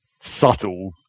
subtle